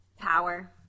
Power